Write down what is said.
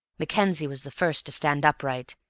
mackenzie was the first to stand upright,